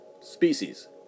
species